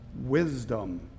wisdom